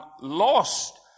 lost